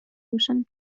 باشم